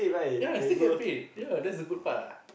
ya still get paid ya that's the good part